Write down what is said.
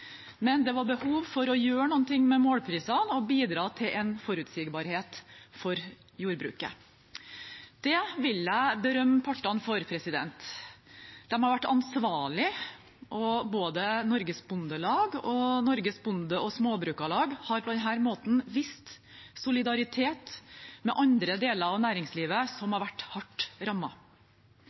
men det var behov for å gjøre noe med målprisene og bidra til en forutsigbarhet for jordbruket. Det vil jeg berømme partene for. De har vært ansvarlige, og både Norges Bondelag og Norsk Bonde- og Småbrukarlag har på denne måten vist solidaritet med andre deler av næringslivet som har vært hardt